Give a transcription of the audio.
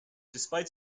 despite